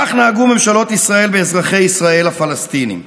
כך נהגו ממשלות ישראל באזרחי ישראל הפלסטינים.